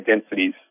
densities